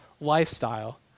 lifestyle